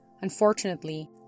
Unfortunately